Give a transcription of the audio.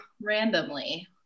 randomly